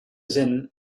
zin